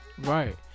Right